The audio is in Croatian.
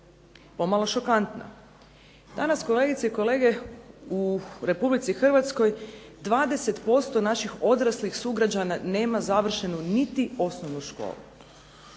pomalo šokantna. Danas kolegice i kolege u Republici Hrvatskoj 20% naših odraslih sugrađana nema završenu niti osnovnu školu.